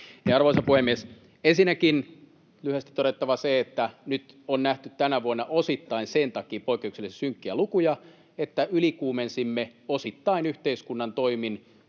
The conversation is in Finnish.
Arvoisa puhemies! Ensinnäkin on lyhyesti todettava se, että nyt on nähty tänä vuonna osittain sen takia poikkeuksellisen synkkiä lukuja, että ylikuumensimme, osittain yhteiskunnan toimin,